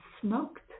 smoked